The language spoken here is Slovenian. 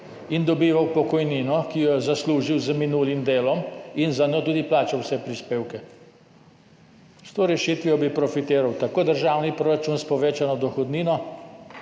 in dobival pokojnino, ki jo je zaslužil z minulim delom in za njo tudi plačal vse prispevke? S to rešitvijo bi profitiral tako državni proračun s povečano dohodnino